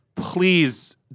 Please